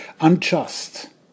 unjust